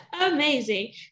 Amazing